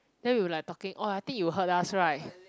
then we like talking oh I think you heard us right